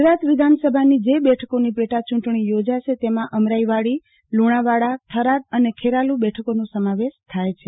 ગુજરાત વિધાનસભાની જે બેઠકોની પેટાયૂંટણી યોજાશે તેમાં અમરાઈવાડીલુણાવાડા થરાદ અને ખેરાલુ બેઠકોનો સમાવેશ થાય છે